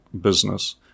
business